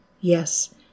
Yes